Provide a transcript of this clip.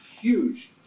huge